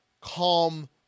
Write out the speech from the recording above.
calm